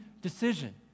decision